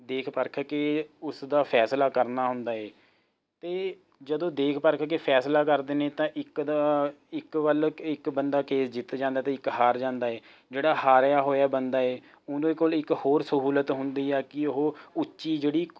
ਦੇਖ ਪਰਖ ਕੇ ਉਸਦਾ ਫੈਸਲਾ ਕਰਨਾ ਹੁੰਦਾ ਹੈ ਅਤੇ ਜਦੋਂ ਦੇਖ ਪਰਖ ਕੇ ਫੈਸਲਾ ਕਰਦੇ ਨੇ ਤਾਂ ਇੱਕ ਦਾ ਇੱਕ ਵੱਲ ਇੱਕ ਬੰਦਾ ਕੇਸ ਜਿੱਤ ਜਾਂਦਾ ਅਤੇ ਇੱਕ ਹਾਰ ਜਾਂਦਾ ਹੈ ਜਿਹੜਾ ਹਾਰਿਆ ਹੋਇਆ ਬੰਦਾ ਹੈ ਉਹਦੇ ਕੋਲ ਇੱਕ ਹੋਰ ਸਹੂਲਤ ਹੁੰਦੀ ਹੈ ਕਿ ਉਹ ਉੱਚੀ ਜਿਹੜੀ